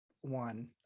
one